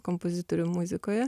kompozitorių muzikoje